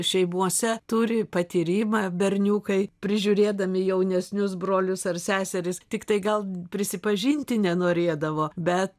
šeimose turi patyrimą berniukai prižiūrėdami jaunesnius brolius ar seseris tiktai gal prisipažinti nenorėdavo bet